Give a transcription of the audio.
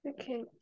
okay